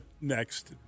next